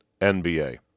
NBA